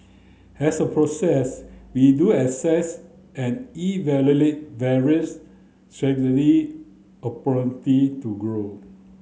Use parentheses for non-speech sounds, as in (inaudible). as a process we do assess and evaluate various (unintelligible) to growth